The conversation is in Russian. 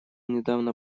недавно